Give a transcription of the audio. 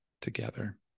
together